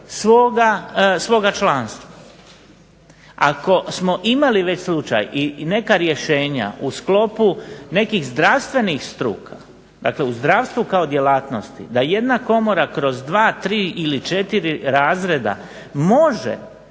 svoga članstva. Ako smo imali već slučaj i neka rješenja u sklopu nekih zdravstvenih struka, dakle u zdravstvu kao djelatnosti da jedna komora kroz dva, tri ili četiri razreda može